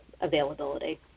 availability